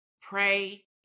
pray